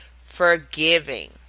forgiving